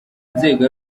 nzego